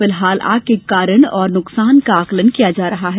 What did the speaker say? फिलहाल आग के कारण और नुकसान का आंकलन किया जा रहा है